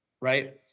right